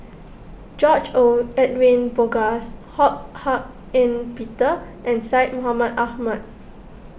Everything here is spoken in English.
George Edwin Bogaars Ho Hak Ean Peter and Syed Mohamed Ahmed